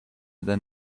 than